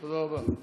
תודה רבה.